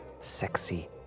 sexy